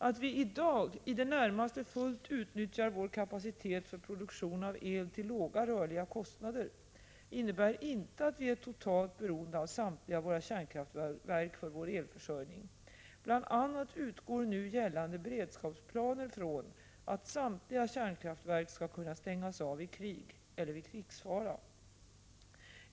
Att vi i dag i det närmaste fullt utnyttjar vår kapacitet för produktion av el till låga rörliga kostnader innebär inte att vi är totalt beroende av samtliga våra kärnkraftverk för vår elförsörjning. Bl. a. utgår nu gällande beredskapsplaner från att samtliga kärnkraftverk skall kunna stängas av i krig eller vid krigsfara.